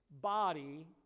body